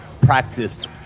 practiced